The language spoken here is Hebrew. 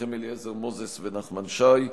מנחם אליעזר מוזס ונחמן שי.